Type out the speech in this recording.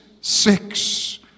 six